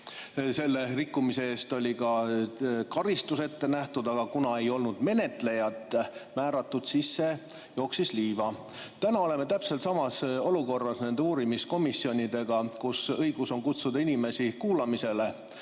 Selle rikkumise eest oli ka karistus ette nähtud, aga kuna ei olnud menetlejat määratud, siis see jooksis liiva. Täna oleme täpselt samas olukorras nende uurimiskomisjonidega, kuhu on õigus kutsuda inimesi kuulamisele.